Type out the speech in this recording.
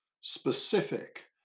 specific